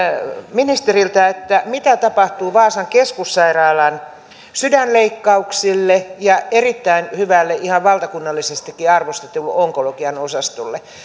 ministeriltä mitä tapahtuu vaasan keskussairaalan sydänleikkauksille ja erittäin hyvälle ihan valtakunnallisestikin arvostetulle onkologian osastolle